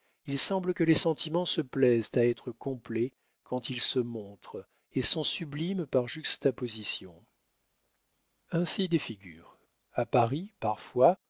il semble que les sentiments se plaisent à être complets quand ils se montrent et sont sublimes par juxtaposition ainsi des figures a paris parfois